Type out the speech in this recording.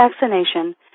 vaccination